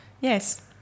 yes